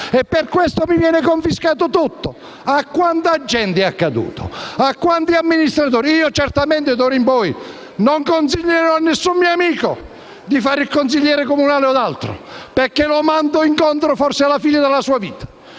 E per questo gli viene confiscato tutto? A quanta gente è accaduto? A quanti amministratori? Io certamente d'ora in poi non consiglierò a nessun mio amico di fare il consigliere comunale o altro, perché lo mando incontro forse alla fine della sua vita.